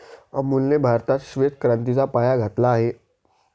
अमूलने भारतात श्वेत क्रांतीचा पाया घातला